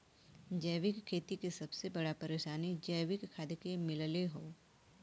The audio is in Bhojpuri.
जैविक खेती के सबसे बड़ा परेशानी जैविक खाद के मिलले हौ